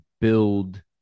build